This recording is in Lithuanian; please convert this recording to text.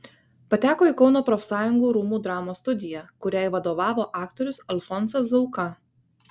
pateko į kauno profsąjungų rūmų dramos studiją kuriai vadovavo aktorius alfonsas zauka